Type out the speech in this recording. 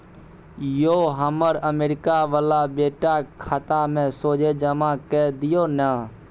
यौ हमर अमरीका बला बेटाक खाता मे सोझे जमा कए दियौ न